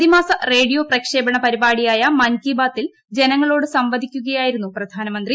പ്രതിമാസ റേഡിയോ പ്രക്ഷേപണ പരിപാടിയായ മൻ കീ ബാത്തിൽ ജനങ്ങളോട് സംവദിക്കുകയായിരുന്നു പ്രധാനമന്ത്രി